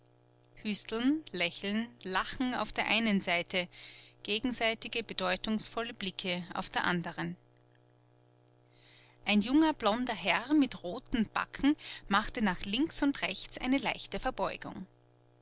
hüsteln lächeln lachen auf der einen seite gegenseitige bedeutungsvolle blicke auf der anderen ein junger blonder herr mit roten backen machte nach links und rechts eine leichte verbeugung